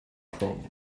from